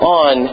on